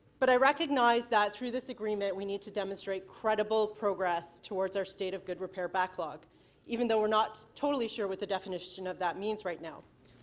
but i recognize that through this agreements we need to demonstrate credible progress towards our state of good repair backlog even though we're not totally sure what the definition of that means right now.